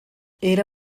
era